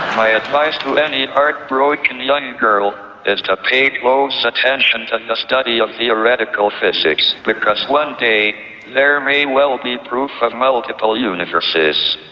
my advice to any and heartbroken young girl is to pay close attention to the study of theoretical physics, because one day there may well be proof of multiple universes,